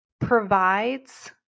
provides